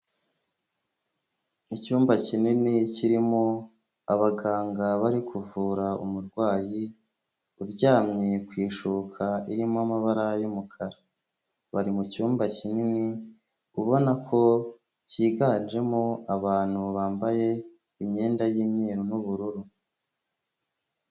Icyumba kinini kirimo abaganga bari kuvura umurwayi uryamye ku ishuka irimo amabara y'umukara, bari mu cyumba kinini ubona ko cyiganjemo abantu bambaye imyenda y'imyeru n'ubururu.